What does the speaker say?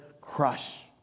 crush